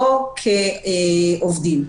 לא כעובדים.